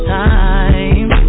time